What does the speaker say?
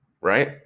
Right